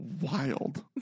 wild